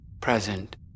present